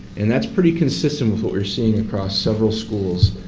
and that's pretty consistent with what we're seeing across several schools,